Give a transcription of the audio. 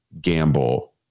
gamble